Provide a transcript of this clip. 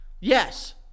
Yes